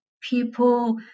people